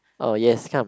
oh yes come